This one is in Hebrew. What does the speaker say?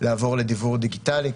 לעבור לדיוור דיגיטלי,